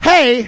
Hey